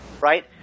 Right